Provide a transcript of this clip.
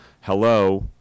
Hello